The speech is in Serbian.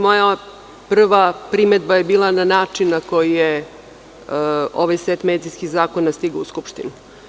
Moja prva primedba je bila na način na koji je ovaj set medijskih zakona stigao u Skupštinu.